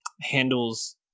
handles